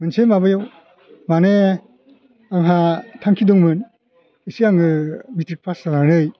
मोनसे माबायाव माने आंहा थांखि दंमोन एसे आङो मिट्रिक पास जानानै